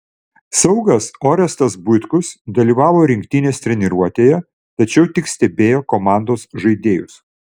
saugas orestas buitkus dalyvavo rinktinės treniruotėje tačiau tik stebėjo komandos žaidėjus